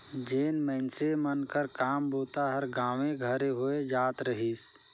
जेन मइनसे मन कर काम बूता हर गाँवे घरे होए जात रहिस